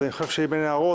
אז אני חושב שאם אין הערות,